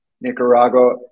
Nicaragua